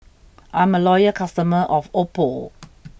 I'm a loyal customer of Oppo